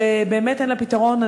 שבאמת אין לה פתרון.